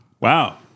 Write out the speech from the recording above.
Wow